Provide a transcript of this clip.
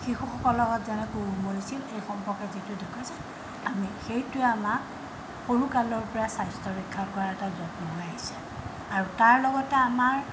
শিশুসকলৰ লগত যেনেকৈ ওমলিছিল এই সম্পৰ্কে যিটো দেখুৱাইছে আমি সেইটোৱে আমাক সৰুকালৰ পৰা স্বাস্থ্য ৰক্ষা কৰাৰ এটা যত্ন হৈ আহিছে আৰু তাৰ লগতে আমাৰ